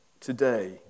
today